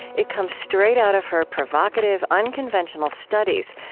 it comes straight out of her provocative, unconventional studies,